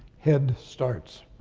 head starts.